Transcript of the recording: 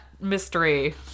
mystery